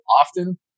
often